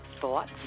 thoughts